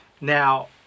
Now